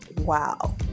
wow